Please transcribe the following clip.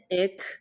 ick –